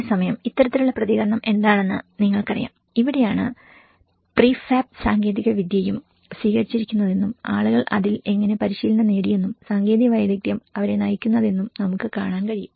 അതേസമയം ഇത്തരത്തിലുള്ള പ്രതികരണം എന്താണെന്ന് നിങ്ങൾക്കറിയാം ഇവിടെയാണ് പ്രീഫാബ് സാങ്കേതികവിദ്യയും സ്വീകരിച്ചിരിക്കുന്നതെന്നും ആളുകൾ അതിൽ എങ്ങനെ പരിശീലനം നേടിയെന്നും സാങ്കേതിക വൈദഗ്ദ്ധ്യം അവരെ നയിക്കുന്നതെന്നും നമുക്ക് കാണാൻ കഴിയും